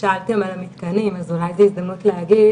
שאלתם על המתקנים אז אולי זה הזדמנות להגיד